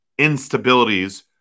instabilities